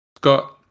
got